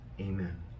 Amen